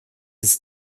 ist